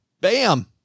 Bam